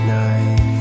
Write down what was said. night